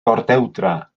gordewdra